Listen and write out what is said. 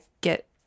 get